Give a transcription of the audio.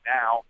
now